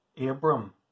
Abram